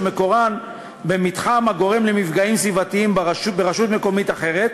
שמקורן במתחם הגורם למפגעים סביבתיים ברשות מקומית אחרת,